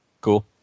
Cool